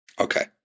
Okay